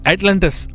Atlantis